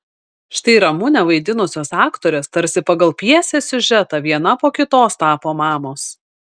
štai ramunę vaidinusios aktorės tarsi pagal pjesės siužetą viena po kitos tapo mamos